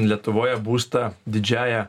lietuvoje būstą didžiąja